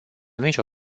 nicio